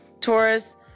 Taurus